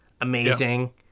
Amazing